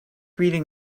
reading